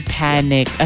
panic